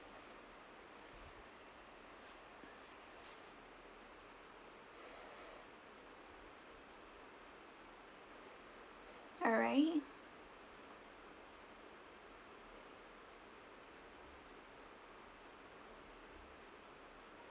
alright